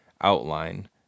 outline